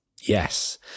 Yes